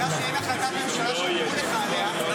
בגלל שאין החלטת ממשלה שסיפרו לך עליה --- לא,